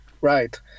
Right